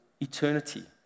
eternity